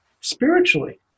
Spiritually